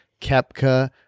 Kepka